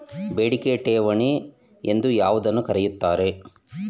ಬೇಡಿಕೆ ಠೇವಣಿ ಎಂದು ಯಾವುದನ್ನು ಕರೆಯುತ್ತಾರೆ?